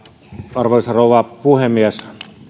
arvoisa rouva puhemies